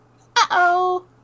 Uh-oh